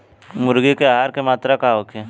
मुर्गी के आहार के मात्रा का होखे?